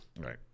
Right